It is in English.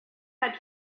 had